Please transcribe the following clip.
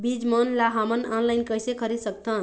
बीज मन ला हमन ऑनलाइन कइसे खरीद सकथन?